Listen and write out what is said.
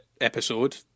episode